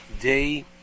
day